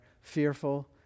fearful